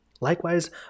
likewise